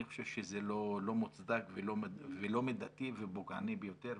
אני חושב שזה לא מוצדק ולא מידתי ופוגעני ביותר.